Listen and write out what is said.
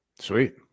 Sweet